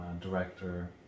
director